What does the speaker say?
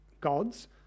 gods